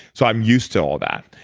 so i'm used to all that.